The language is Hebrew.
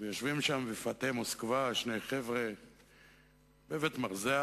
ויושבים שם בפאתי מוסקבה שני חבר'ה בבית-מרזח,